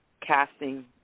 casting